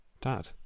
Dad